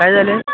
काय झालं आहे